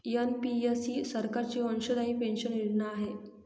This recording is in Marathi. एन.पि.एस ही सरकारची अंशदायी पेन्शन योजना आहे